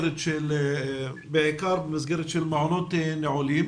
בעיקר במסגרת מעונות נעולים